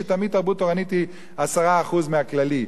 שתמיד תרבות תורנית היא 10% מהכללי.